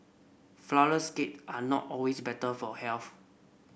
flourless cake are not always better for health